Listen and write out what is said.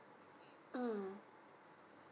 mm